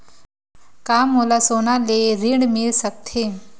का मोला सोना ले ऋण मिल सकथे?